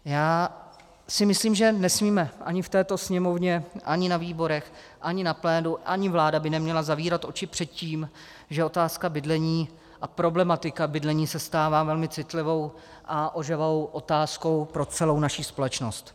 Já si myslím, že nesmíme ani v této Sněmovně, ani na výborech, ani na plénu, ani vláda by neměla zavírat oči před tím, že otázka bydlení a problematika bydlení se stává velmi citlivou a ožehavou otázkou pro celou naši společnost.